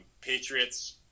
Patriots